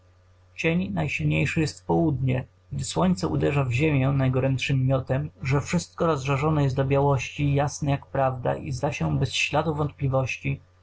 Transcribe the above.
cień najsilniejszy jest w południe gdy słońce uderza w ziemię najgorętszym miotem że wszystko rozżarzone do białości jasne jak prawda i zda się bez śladu wątpliwości